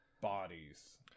bodies